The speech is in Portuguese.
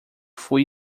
fui